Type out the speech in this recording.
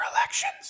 elections